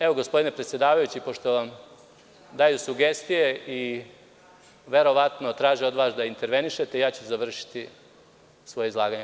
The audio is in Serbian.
Evo gospodine predsedavajući, pošto vam daju sugestije i verovatno traže od vas da intervenišete, ja ću završiti svoj izlaganje.